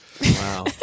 Wow